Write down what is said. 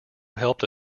helped